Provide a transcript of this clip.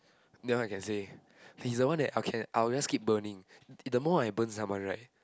that one I can say he's the one that I can I will just keep burning the more I burn someone right